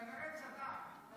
כנראה צדק.